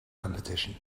competition